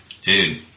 Dude